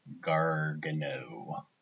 Gargano